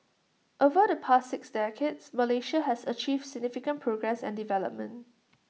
over the past six decades Malaysia has achieved significant progress and development